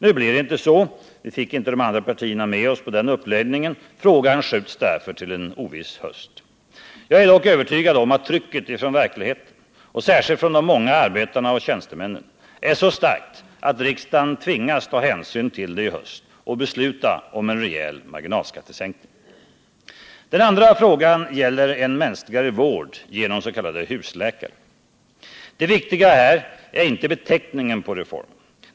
Nu blir det inte så. Vi fick inte de andra partierna med oss på den uppläggningen. Frågan skjuts därför upp till en oviss behandling i höst. Jag är dock övertygad om att trycket från verkligheten, och särskilt från de många arbetarna och tjänstemännen, är så starkt att riksdagen tvingas ta hänsyn till det i höst och besluta om en rejäl sänkning av marginalskatterna. Den andra frågan gäller en mänskligare vård genom husläkare. Det viktiga här är inte beteckningen på reformen.